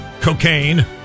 cocaine